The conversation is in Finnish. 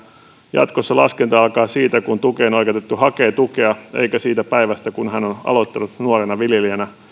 jatkossa laskenta alkaa siitä kun tukeen oikeutettu hakee tukea eikä siitä päivästä kun hän on aloittanut nuorena viljelijänä